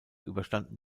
überstanden